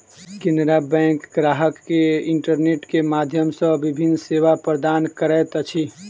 Canara bank ग्राहक के internet के माध्यम सॅ विभिन्न सेवा प्रदान करैत अछि